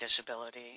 disability